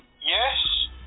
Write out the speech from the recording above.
yes